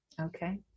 okay